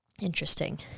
Interesting